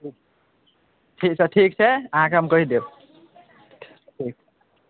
ठीक छै ठीक छै अहाँकेँ हम कहि देब ठीक